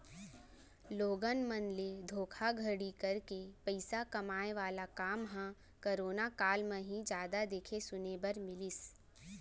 लोगन मन ले धोखाघड़ी करके पइसा कमाए वाला काम ह करोना काल म ही जादा देखे सुने बर मिलिस